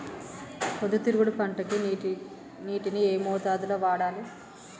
పొద్దుతిరుగుడు పంటకి నీటిని ఏ మోతాదు లో వాడాలి?